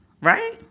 Right